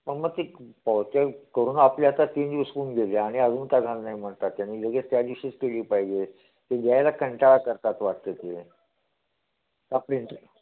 पण मग ते पावत्या करून आपल्या आता तीन दिवस होऊन गेले आणि अजून का घाल नाही म्हणतात त्यांनी लगेच त्या दिवशीच केली पाहिजे ते लिहायला कंटाळा करतात वाटतं ते आपले